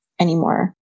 anymore